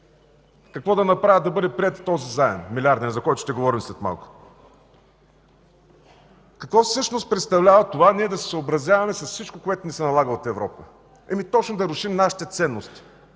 какво да направят да бъде приет този милиарден заем, за който ще говорим след малко. Какво всъщност представлява това ние да се съобразяваме с всичко, което ни се налага от Европа? Точно да рушим нашите ценности